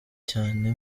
cyane